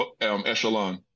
echelon